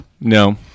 no